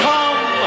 Come